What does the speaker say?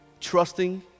trusting